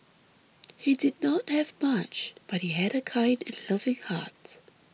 he did not have much but he had a kind and loving heart